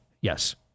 Yes